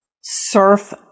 surf